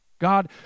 God